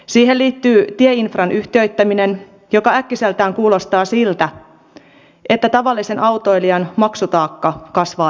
siihen liittyy tieinfran yhtiöittäminen joka äkkiseltään kuulostaa siltä että tavallisen autoilijan maksutaakka kasvaa entisestään